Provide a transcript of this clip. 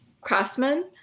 craftsmen